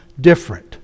different